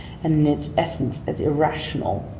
and in its essence as irrational,